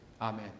Amen